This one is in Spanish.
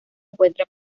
encuentra